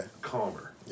calmer